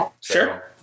Sure